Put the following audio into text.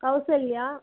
Kausalya